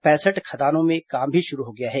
पैंसठ खदानों में काम भी शुरू हो गया है